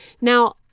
Now